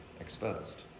exposed